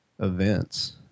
events